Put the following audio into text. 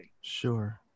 Sure